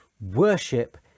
worship